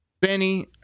Benny